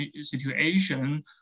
situation